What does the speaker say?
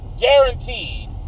Guaranteed